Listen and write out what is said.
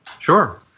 Sure